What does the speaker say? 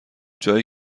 جایی